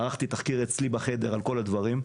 ערכתי תחקיר אצלי בחדר על כל הדברים.